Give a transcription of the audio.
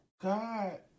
god